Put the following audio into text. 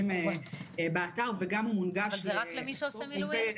אפרת סימון